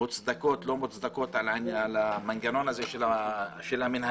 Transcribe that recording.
מוצדקות או לא מוצדקות על המנגנון של המנהלי,